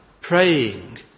praying